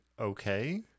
Okay